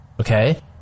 Okay